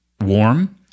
warm